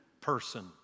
person